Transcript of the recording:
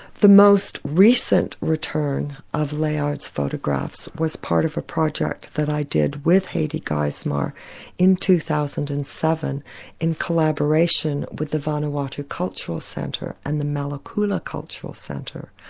the most recent return of layard's photographs was part of a project that i did with haidy geismar in two thousand and seven in collaboration with the vanuatu cultural centre and the malekula cultural centre,